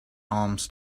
alms